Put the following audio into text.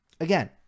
Again